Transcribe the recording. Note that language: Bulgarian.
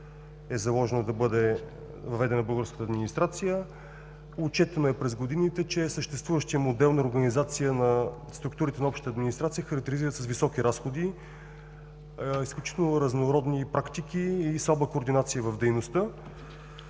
е заложено да бъде въведена в българската администрация? Отчетено е през годините, че съществуващият модел на организация на структурите на общата администрация се характеризират с високи разходи, изключително разнородни практики и слаба координация в дейността,